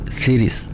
series